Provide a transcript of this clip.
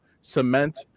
cement